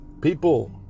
People